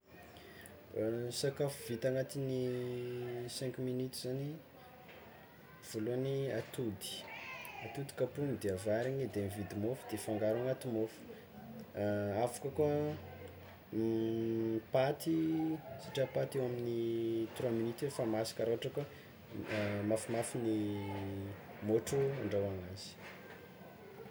Sakafo vita agnatin'ny cinq minute zany voalohany atody, atody kapohiny de avarigny de mividy môfo de atao agnaty môfo, afaka koa paty, satrià paty eo amy trois minute eo efa masaka raha ôhatra ka mafimafy ny môtro andrahoana azy.